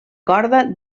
corda